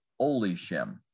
Olishem